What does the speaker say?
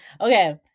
okay